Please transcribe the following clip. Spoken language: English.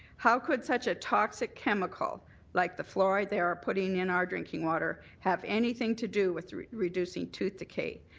how could such a toxic chemical like the fluoride they're putting in our drinking water have anything to do with reducing tooth decay?